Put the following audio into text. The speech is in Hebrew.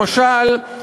למשל,